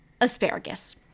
asparagus